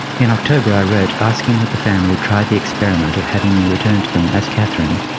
in october i wrote asking that the family try the experiment of having me return to them as katherine,